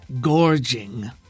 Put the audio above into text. Gorging